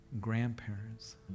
grandparents